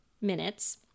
minutes